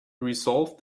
resolved